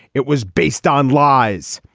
it was based on lies.